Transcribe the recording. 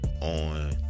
on